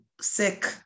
sick